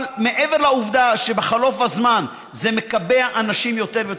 אבל מעבר לעובדה שבחלוף הזמן זה מקבע אנשים יותר ויותר,